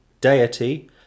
deity